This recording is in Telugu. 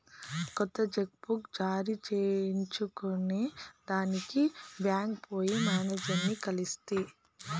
కొత్త చెక్ బుక్ జారీ చేయించుకొనేదానికి బాంక్కి పోయి మేనేజర్లని కలిస్తి